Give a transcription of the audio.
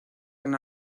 han